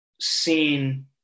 seen